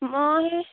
মই